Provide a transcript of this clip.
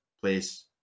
place